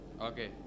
Okay